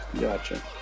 gotcha